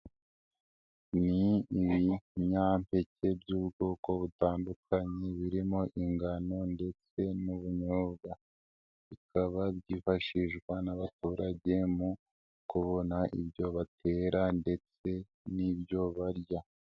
Ni ibinyampeke by'ubwoko butandukanye birimo ingano ndetse n'ubunyobwa, bikaba byifashishwa n'abaturage mu kubona ibyo batera ndetse n'ibyo barya.